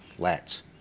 lats